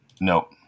Nope